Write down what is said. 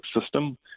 system